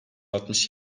altmış